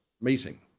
meeting